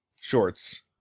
shorts